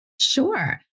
Sure